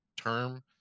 term